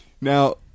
Now